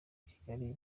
kigali